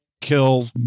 kill